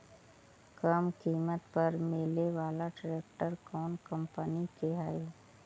कम किमत पर मिले बाला ट्रैक्टर कौन कंपनी के है?